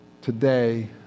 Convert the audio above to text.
Today